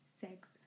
sex